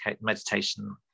meditation